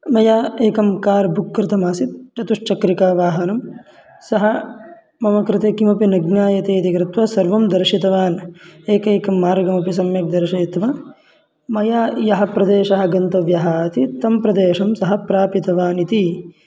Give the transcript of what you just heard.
मया एकं car book कृतमासीत् चतुश्चक्रिकावाहनं सः मम कृते किमपि न ज्ञायते इति कृत्वा सर्वं दर्शितवान् एकैकं मार्गमपि सम्यक् दर्शयित्वा मया यः प्रदेशः गन्तव्यः आसीत् तं प्रदेशं सः प्रापितवान् इति